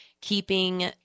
keeping